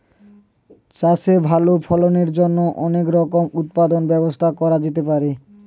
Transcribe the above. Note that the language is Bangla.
চাষে ভালো ফলনের জন্য অনেক রকমের উৎপাদনের ব্যবস্থা করা যেতে পারে